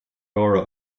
nóra